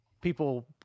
people